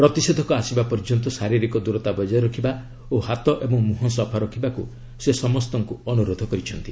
ପ୍ରତିଷେଧକ ଆସିବା ପର୍ଯ୍ୟନ୍ତ ଶାରିରୀକ ଦୂରତା ବକାୟ ରଖିବା ଓ ହାତ ଏବଂ ମୁହଁ ସଫା ରଖିବାକୁ ସେ ସମସ୍ତଙ୍କୁ ଅନୁରୋଧ କରିଛନ୍ତି